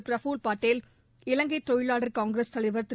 பிரஃபுல் பட்டேல் இலங்கை தொழிலாளர் காங்கிரஸ் தலைவர் திரு